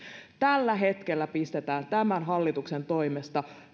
tällä hetkellä pistetään tämän hallituksen toimesta